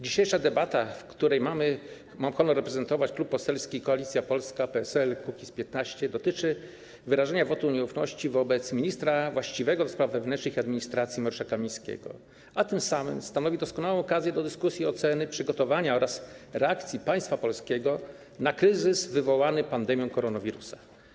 Dzisiejsza debata, w której mam honor reprezentować klub poselski Koalicja Polska - PSL - Kukiz15, dotyczy wyrażenia wotum nieufności wobec ministra właściwego do spraw wewnętrznych i administracji Mariusza Kamińskiego, a tym samym stanowi doskonałą okazję do dyskusji, oceny przygotowania oraz reakcji państwa polskiego na kryzys wywołany pandemią koronawirusa.